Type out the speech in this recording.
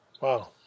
Wow